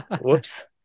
Whoops